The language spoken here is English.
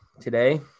today